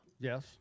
Yes